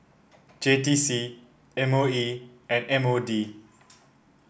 J T C M O E and M O D